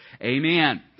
Amen